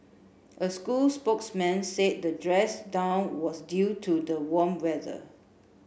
a school spokesman said the dress down was due to the warm weather